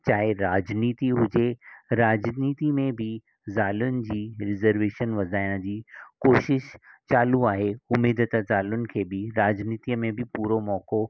चाहे राॼनिती हुजे राॼनिती में बि ज़ालुनि जी रिजर्वेशन वधाइण जी कोशिशि चालू आहे उमीद त ज़ालुनि खे बि राॼनिती में बि पूरो मौक़ो